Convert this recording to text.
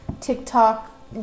tiktok